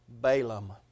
Balaam